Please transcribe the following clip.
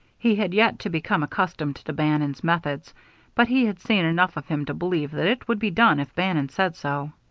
he had yet to become accustomed to bannon's methods but he had seen enough of him to believe that it would be done if bannon said so.